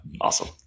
awesome